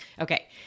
Okay